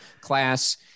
class